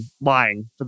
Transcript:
lying